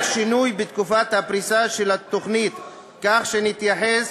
שינוי בתקופת הפריסה של התוכנית כך שתתייחס